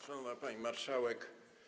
Szanowna Pani Marszałek!